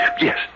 Yes